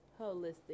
holistic